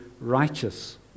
righteous